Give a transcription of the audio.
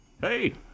Hey